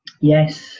Yes